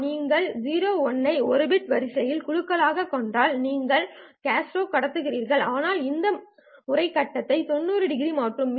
எனவே நீங்கள் 01 ஐ 1 பிட் வரிசையில் குழுவாகக் கொண்டால் நீங்கள் கோஸ்ட்டை கடத்துகிறீர்கள் ஆனால் இந்த முறை கட்டத்தை 90 டிகிரி மாற்றும்